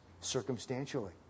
circumstantially